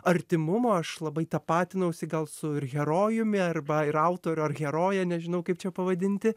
artimumo aš labai tapatinausi gal su ir herojumi arba ir autoriu ar heroje nežinau kaip čia pavadinti